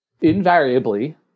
invariably